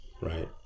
right